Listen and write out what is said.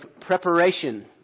preparation